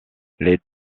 les